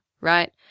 right